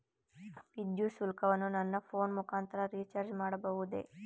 ವಿದ್ಯುತ್ ಶುಲ್ಕವನ್ನು ನನ್ನ ಫೋನ್ ಮುಖಾಂತರ ರಿಚಾರ್ಜ್ ಮಾಡಬಹುದೇ?